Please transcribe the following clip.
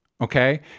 okay